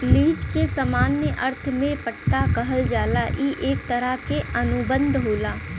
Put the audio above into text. lease के सामान्य अर्थ में पट्टा कहल जाला ई एक तरह क अनुबंध होला